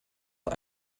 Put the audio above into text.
zur